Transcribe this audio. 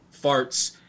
Farts